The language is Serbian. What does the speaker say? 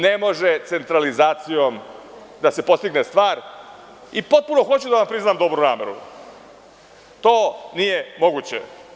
Ne može centralizacijom da se postigne stvar i potpuno hoću da vam priznam dobru nameru - to nije moguće.